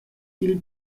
dil